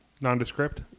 Nondescript